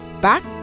Back